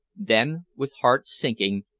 then, with heart-sinking,